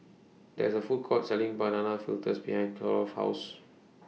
There IS A Food Court Selling Banana Fritters behind Ceola's House